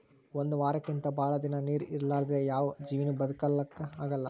ಒಂದ್ ವಾರಕ್ಕಿಂತ್ ಭಾಳ್ ದಿನಾ ನೀರ್ ಇರಲಾರ್ದೆ ಯಾವ್ ಜೀವಿನೂ ಬದಕಲಕ್ಕ್ ಆಗಲ್ಲಾ